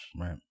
Right